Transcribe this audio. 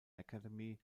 academy